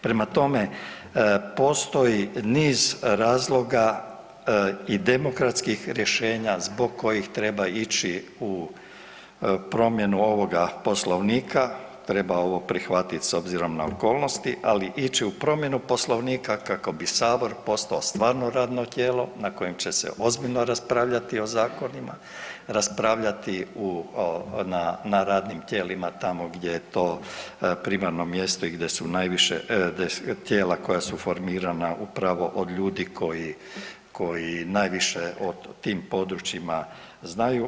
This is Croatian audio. Prema tome, postoji niz razloga i demokratskih rješenja zbog kojih treba ići u promjenu ovoga Poslovnika, treba ovo prihvatiti s obzirom na okolnosti, ali ići u promjenu Poslovnika kako bi sabor postao stvarno radno tijelo na kojem će se ozbiljno raspravljati o zakonima, raspravljati u, na radnim tijelima tamo gdje je to primarno mjesto i gdje su najviše tijela koja su formirana upravo od ljudi koji, koji najviše o tim područjima znaju.